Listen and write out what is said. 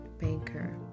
banker